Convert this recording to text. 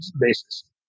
basis